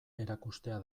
erakustea